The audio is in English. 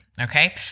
Okay